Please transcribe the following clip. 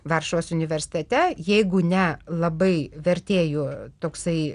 varšuvos universitete jeigu ne labai vertėjų toksai